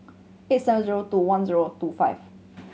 eight seven zero two one zero two five